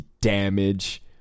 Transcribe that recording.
damage